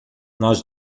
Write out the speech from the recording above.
nós